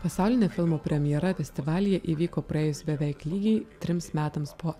pasaulinė filmo premjera festivalyje įvyko praėjus beveik lygiai trims metams po